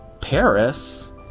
Paris